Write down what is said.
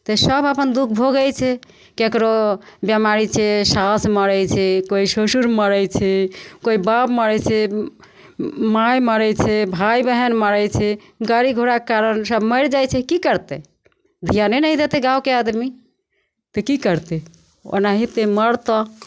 तऽ सभ अपन दुःख भोगै छै ककरो बेमारी छै साउस मरै छै कोइ ससुर मरै छै कोइ बाप मरै छै माइ मरै छै भाइ बहिन मरै छै गाड़ी घोड़ाके कारण सब मरि जाइ छै कि करतै धिआने नहि देतै गामके आदमी तऽ कि करतै ओनाहिते मरतऽ